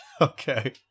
Okay